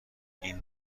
این